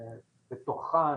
מתוכן